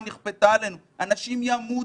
היא נכפתה עלינו ימותו,